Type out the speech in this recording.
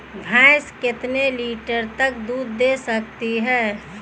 भैंस कितने लीटर तक दूध दे सकती है?